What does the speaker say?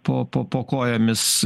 po po po kojomis